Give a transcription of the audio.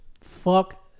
fuck